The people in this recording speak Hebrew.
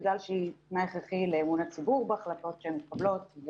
בגלל שהיא תנאי הכרחי לאמון הציבור בהחלטות שמתקבלות,